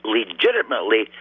legitimately